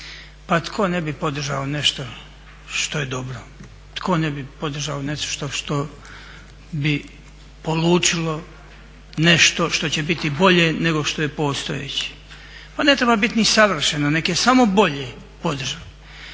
Pa tko ne bi podržao nešto što je dobro, tko ne bi podržao nešto što bi polučilo nešto što će biti bolje nego što je postojeće. Pa ne treba biti ni savršen, neka je samo bolje